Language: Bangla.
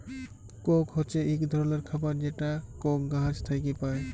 কোক হছে ইক ধরলের খাবার যেটা কোক গাহাচ থ্যাইকে পায়